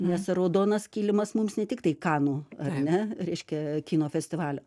nes raudonas kilimas mums ne tik tai kanų ar ne reiškia kino festivalio